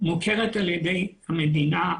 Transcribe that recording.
מוכרת על ידי המדינה,